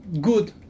good